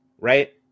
right